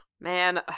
Man